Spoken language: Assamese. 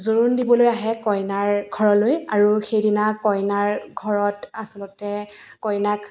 জোৰোণ দিবলৈ আহে কইনাৰ ঘৰলৈ আৰু সেইদিনা কইনাৰ ঘৰত আচলতে কইনাক